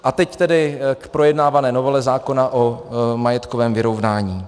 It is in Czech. A teď tedy k projednávané novele zákona o majetkovém vyrovnání.